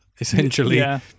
essentially